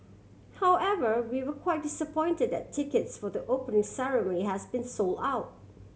however we were quite disappointed that tickets for the open ceremony has been sold out